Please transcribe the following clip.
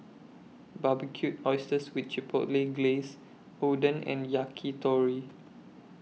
Barbecued Oysters with Chipotle Glaze Oden and Yakitori